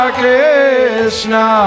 Krishna